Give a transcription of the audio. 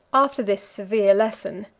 after this severe lesson,